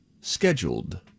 Scheduled